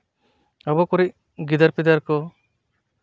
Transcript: ᱟᱵᱚ ᱠᱚᱭᱤᱡ ᱜᱤᱫᱟᱹᱨ ᱯᱤᱫᱟᱹᱨ ᱠᱚ